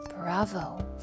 bravo